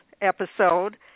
episode